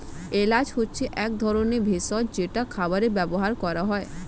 এলাচ হচ্ছে এক ধরনের ভেষজ যেটা খাবারে ব্যবহার করা হয়